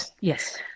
Yes